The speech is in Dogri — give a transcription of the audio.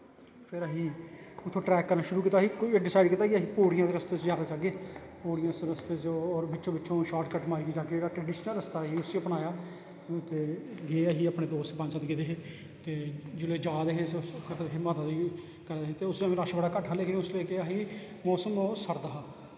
फिर असें उत्थां दा ट्रैक करना शुरू कीता उत्थें अस डिसाइड कीता कि अस पौंड़ियें दे रस्ते चा जैदा जाह्गे पौड़ियें दे रस्ते चो होर बिच्चो बिच्च शार्टकट मारियै जाह्गे ट्रडिशनल रस्ता हा उसी अपनाया ते गे अस अपने दोस्त पंज सत्त गे दे हे ते जिल्लै जा दे हे माता दे उस बेल्लै रश बड़ी घट्ट हा लेकिन उसलै केह् हा मोसम सर्द हा